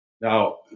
Now